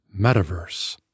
metaverse